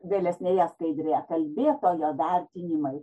vėlesnėje skaidrėja kalbėtojo vertinimai